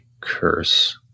Curse